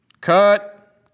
Cut